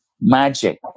magic